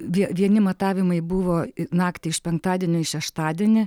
vie vieni matavimai buvo naktį iš penktadienio į šeštadienį